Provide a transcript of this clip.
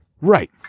Right